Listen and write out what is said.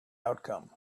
outcome